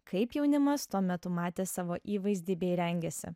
kaip jaunimas tuo metu matė savo įvaizdį bei rengėsi